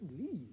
leave